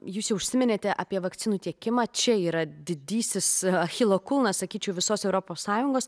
jūs jau užsiminėte apie vakcinų tiekimą čia yra didysis achilo kulnas sakyčiau visos europos sąjungos